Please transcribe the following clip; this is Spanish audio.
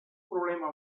problema